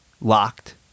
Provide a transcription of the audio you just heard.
locked